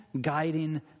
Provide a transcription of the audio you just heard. guiding